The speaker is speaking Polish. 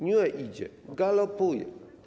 Nie idzie, a galopuje.